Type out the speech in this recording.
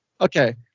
Okay